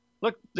look